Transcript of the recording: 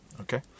Okay